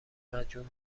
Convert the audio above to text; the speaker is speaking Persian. مدیون